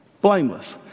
Blameless